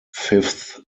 fifth